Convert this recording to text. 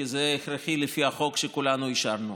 כי זה הכרחי לפי החוק שכולנו אישרנו.